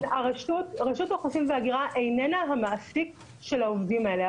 רשות האוכלוסין וההגירה איננה המעסיק של העובדים האלה.